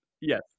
Yes